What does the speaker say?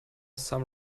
some